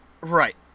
Right